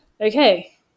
okay